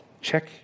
Check